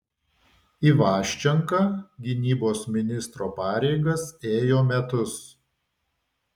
ivaščenka gynybos ministro pareigas ėjo metus